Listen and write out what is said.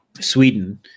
Sweden